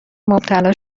مبتلا